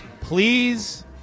Please